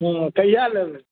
हूँ कहिया लेबै